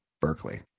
Berkeley